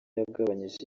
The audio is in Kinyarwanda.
yagabanyije